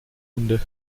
munde